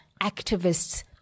activists